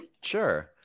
Sure